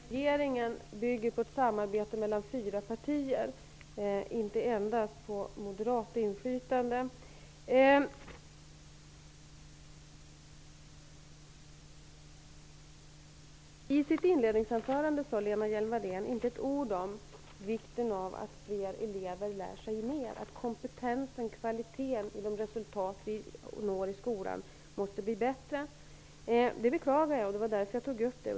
Herr talman! Jag vill erinra om att regeringen bygger på ett samarbete mellan fyra partier, inte endast på moderat inflytande. I sitt inledningsanförande sade Lena Hjelm-Wallén inte ett ord om vikten av att fler elever lär sig mera, att kompetensen och kvaliteten på de resultat vi når i skolan måste bli bättre. Det beklagar jag, och det var därför jag tog upp det.